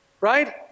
Right